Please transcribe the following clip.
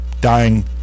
dying